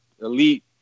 elite